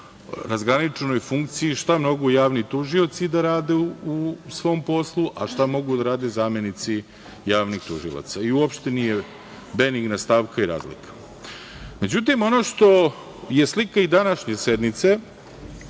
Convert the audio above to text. razgraničenoj funkciji, šta mogu javni tužioci da rade u svom poslu, a šta mogu da rade zamenici javnih tužilaca, i uopšte nije benigna stavka i razlika.Međutim, ono što je i slika i današnje sednice,